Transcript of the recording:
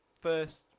first